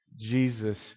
Jesus